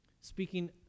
Speaking